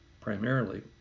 primarily